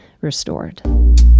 restored